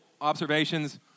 observations